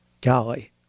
Golly